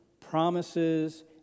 promises